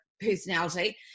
personality